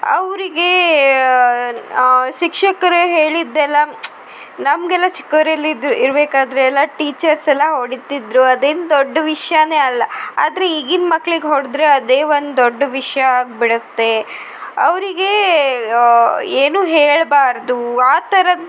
ಅವರಿಗೆ ಶಿಕ್ಷಕ್ರು ಹೇಳಿದ್ದೆಲ್ಲ ನಮಗೆಲ್ಲ ಚಿಕ್ಕವ್ರಲ್ಲಿ ಇದ್ವು ಇರಬೇಕಾದ್ರೆಲ್ಲ ಟೀಚರ್ಸ್ ಎಲ್ಲ ಹೊಡಿತಿದ್ದರು ಅದೇನು ದೊಡ್ಡ ವಿಷಯನೇ ಅಲ್ಲ ಆದರೆ ಈಗಿನ ಮಕ್ಳಿಗೆ ಹೊಡೆದ್ರೆ ಅದೇ ಒಂದು ದೊಡ್ಡ ವಿಷಯ ಆಗಿಬಿಡತ್ತೆ ಅವರಿಗೆ ಏನು ಹೇಳಬಾರ್ದು ಆ ಥರ